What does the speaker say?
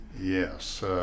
Yes